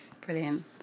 Brilliant